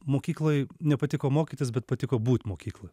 mokykloj nepatiko mokytis bet patiko būt mokykloj